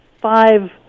five